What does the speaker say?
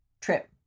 trip